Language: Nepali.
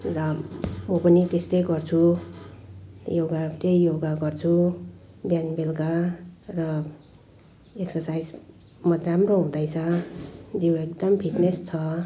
र म पनि त्यस्तै गर्छु योगा त्यही योगा गर्छु बिहान बेलुका र एक्सर्साइज राम्रो हुँदैछ जिउ एकदम फिट्नेस छ